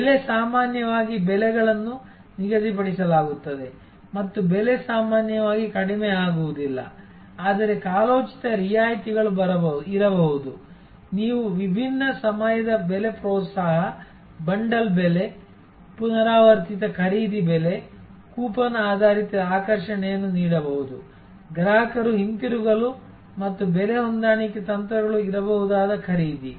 ಬೆಲೆ ಸಾಮಾನ್ಯವಾಗಿ ಬೆಲೆಗಳನ್ನು ನಿಗದಿಪಡಿಸಲಾಗುತ್ತದೆ ಮತ್ತು ಬೆಲೆ ಸಾಮಾನ್ಯವಾಗಿ ಕಡಿಮೆಯಾಗುವುದಿಲ್ಲ ಆದರೆ ಕಾಲೋಚಿತ ರಿಯಾಯಿತಿಗಳು ಇರಬಹುದು ನೀವು ವಿಭಿನ್ನ ಸಮಯದ ಬೆಲೆ ಪ್ರೋತ್ಸಾಹ ಬಂಡಲ್ ಬೆಲೆ ಪುನರಾವರ್ತಿತ ಖರೀದಿ ಬೆಲೆ ಕೂಪನ್ ಆಧಾರಿತ ಆಕರ್ಷಣೆಯನ್ನು ನೀಡಬಹುದು ಗ್ರಾಹಕರು ಹಿಂತಿರುಗಲು ಮತ್ತು ಬೆಲೆ ಹೊಂದಾಣಿಕೆ ತಂತ್ರಗಳು ಇರಬಹುದಾದ ಖರೀದಿ